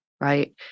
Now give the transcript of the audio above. right